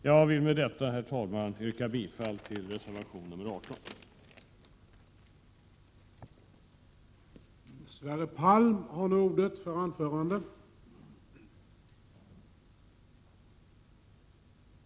Jag vill med detta, herr talman, yrka bifall till reservation nr 18 vid skatteutskottets betänkande 41.